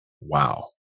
wow